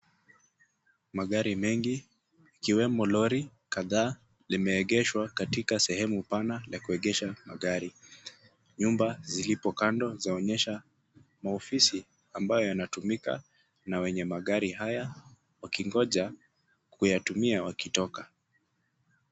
Magari mengi ikiwemo lori kadhaa limeegeshwa katika sehemu pana la kuegesha magari. Nyumba zilipo kando zaonyesha maofisi ambayo yanatumika na wenye magari haya wakingoja kuyatumia wakitoka.